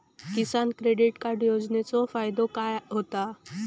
किसान credit card योजनेचो फायदो काय होता?